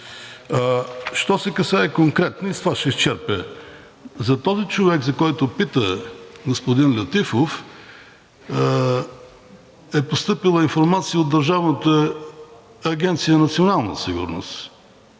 Що се касае конкретно, и с това ще изчерпя – за този човек, за когото пита господин Летифов, е постъпила информация от Държавната агенция „Национална сигурност“,